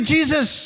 Jesus